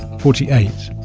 forty-eight